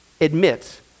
admits